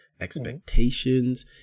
expectations